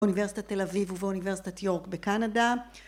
אוניברסיטת תל אביב ובאוניברסיטת יורק בקנדה